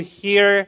hear